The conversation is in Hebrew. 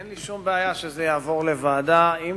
אין לי שום בעיה שזה יעבור לוועדת העבודה והרווחה,